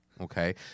okay